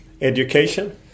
Education